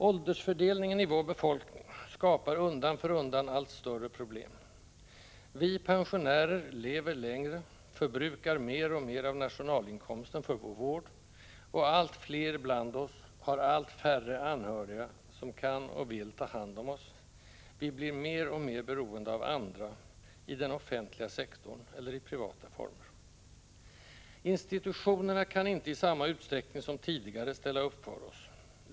Åldersfördelningen i vår befolkning skapar undan för undan allt större problem. Vi pensionärer lever längre, förbrukar mer och mer av nationalinkomsten för vår vård, och allt fler bland oss har allt färre anhöriga som kan och vill ta hand om oss: Vi blir mer och mer beroende av andra, i den offentliga sektorn eller i privata former. Institutionerna kan inte i samma utsträckning som tidigare ställa upp för oss.